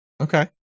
Okay